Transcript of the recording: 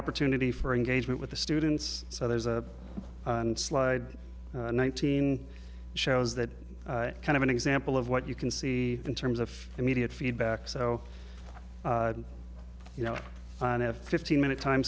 opportunity for engagement with the students so there's a slide nineteen shows that kind of an example of what you can see in terms of immediate feedback so you know on a fifteen minute time